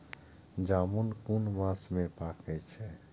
जामून कुन मास में पाके छै?